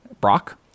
Brock